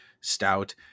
stout